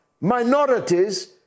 minorities